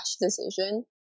decision